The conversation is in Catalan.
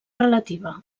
relativa